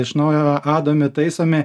iš naujo adomi taisomi